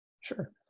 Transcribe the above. sure